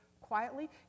quietly